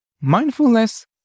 Mindfulness